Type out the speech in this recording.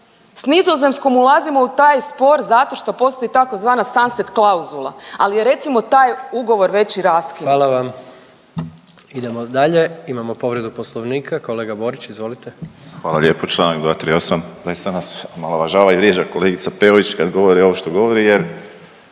S Nizozemskom ulazimo u taj spor zato što postoji tzv. sunset klauzula. Ali je recimo taj ugovor već i raskinut. **Jandroković, Gordan (HDZ)** Hvala vam. Idemo dalje, imamo povredu Poslovnika. Kolega Borić izvolite. **Borić, Josip (HDZ)** Hvala lijepo. Čl. 238. Prvenstveno nas omalovažava i vrijeđa kolegica Peović kad govori ovo što govori jer